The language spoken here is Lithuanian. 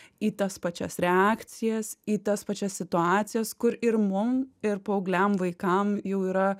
į tas pačias reakcijas į tas pačias situacijas kur ir mum ir paaugliam vaikam jau yra